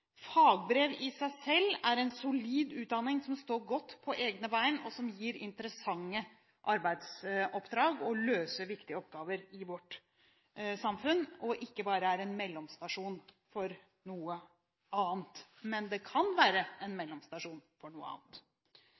fagbrev i seg selv er en solid utdanning som står godt på egne bein, som gir interessante arbeidsoppdrag, og som løser viktige oppgaver i vårt samfunn – og ikke bare er en mellomstasjon for noe annet, men det kan være en mellomstasjon for noe annet.